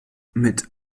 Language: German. mit